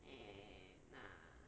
eh nah